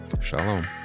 Shalom